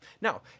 Now